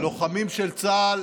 הלוחמים של צה"ל